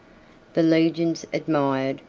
the legions admired,